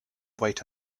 wait